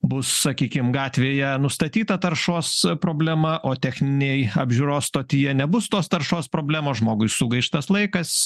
bus sakykim gatvėje nustatyta taršos problema o techninėj apžiūros stotyje nebus tos taršos problemos žmogui sugaištas laikas